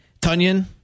Tunyon